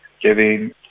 giving